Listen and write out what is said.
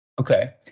Okay